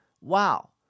wow